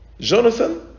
Jonathan